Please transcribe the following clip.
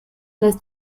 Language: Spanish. las